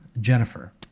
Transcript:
jennifer